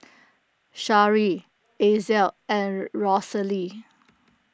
Shari Axel and Rosalee